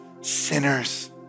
sinners